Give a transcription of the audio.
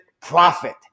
profit